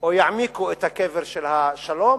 או יעמיקו את הקבר של השלום?